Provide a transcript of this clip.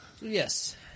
Yes